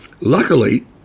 luckily